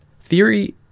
Theory